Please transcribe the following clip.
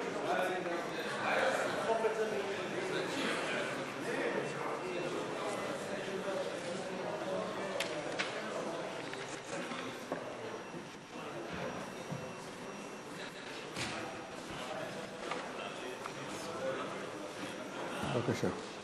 בבקשה.